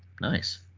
Nice